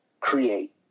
create